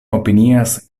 opinias